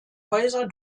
häuser